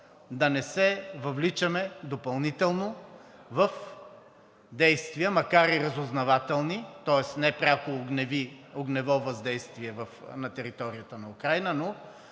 да не се въвличаме допълнително в действия, макар и разузнавателни, тоест непряко огнево въздействие на територията на Украйна, но